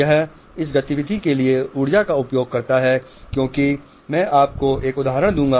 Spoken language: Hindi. यह इस गतिविधि के लिए ऊर्जा का उपयोग करता है मैं आपको एक उदाहरण दूंगा